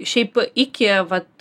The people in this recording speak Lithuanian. šiaip iki vat